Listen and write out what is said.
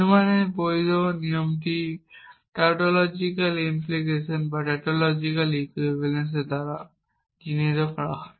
অনুমানের বৈধ নিয়মগুলি টাউটোলজিক্যাল ইমপ্লিকেশন বা টাউটোলজিক্যাল ইকুইভালেন্স দ্বারা চিহ্নিত করা হয়